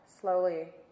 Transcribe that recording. slowly